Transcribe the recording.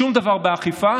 שום דבר באכיפה.